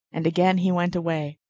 and again he went away.